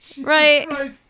Right